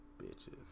Bitches